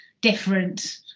different